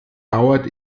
dauert